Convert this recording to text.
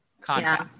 content